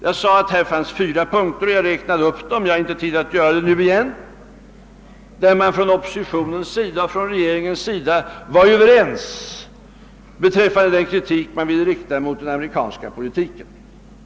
Jag sade att i fyra punkter — jag räknade upp dem tidigare, och jag har inte tid att göra det nu igen — var oppositionen och regeringen överens om den kritik som de ville rikta mot den amerikanska politiken.